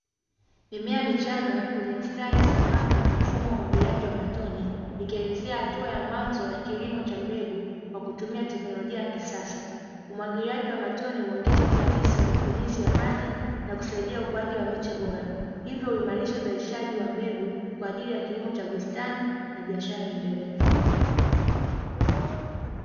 Mimea michanga kwenye mstari sambamba na mfumo wa umwagiliaji wa matone ikielezea hatua ya mwanzo ya kilimo cha mbegu kwa kutumia teknolojia ya kisasa. Umwagiliaji wa matone huongeza ufanisi wa matumizi ya maji na kusaidia ukuaji wa miche bora hivyo huimarisha uzalishaji wa mbegu kwa ajili ya kilimo cha bustani na biashara ya endelevu.